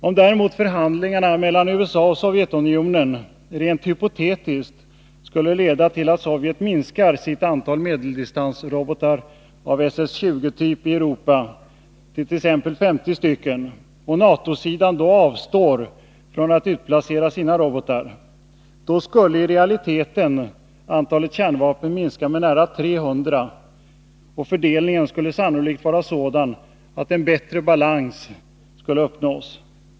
Om däremot förhandlingarna mellan USA och Sovjetunionen rent hypotetiskt skulle leda till att Sovjet minskar sitt antal medeldistansrobotar av SS 20-typ i Europa till t.ex. 50 stycken och NATO-sidan då avstår från att utplacera sina robotar, då skulle i realiteten antalet kärnvapen minska med nära 300, och fördelningen skulle sannolikt vara sådan att en bättre balans skulle uppnås.